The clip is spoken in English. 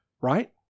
right